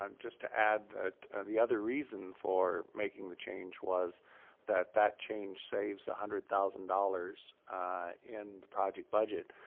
um just to add, that the other reason for making the change was that that change saves one hundred thousand dollars in the project budget,